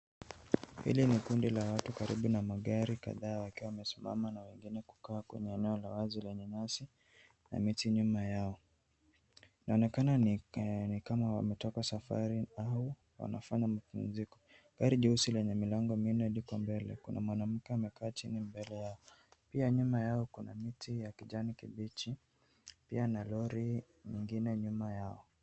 Hili ni kundi la watu karibu na magari kadhaa, wakiwa wasimama na wengine kukaa kwenye eneo la wazi lenye nyasi na miti nyuma yao. Inaonekana ni kama wametoka safari au wanafanya mapumziko. Gari jeusi lenye milango minne liko mbele. Kuna mwanamke amekaa chini mbele yake. Pia nyuma yao kuna miti ya kijani kibichi, pia na lori nyingine nyuma yao.